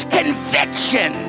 conviction